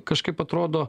kažkaip atrodo